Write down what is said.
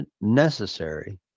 necessary